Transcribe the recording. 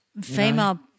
Female